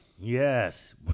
Yes